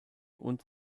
und